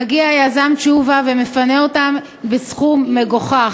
ומגיע היזם תשובה ומפנה אותן בסכום מגוחך.